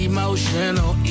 Emotional